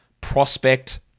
prospect